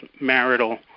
marital